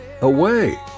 away